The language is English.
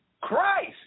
Christ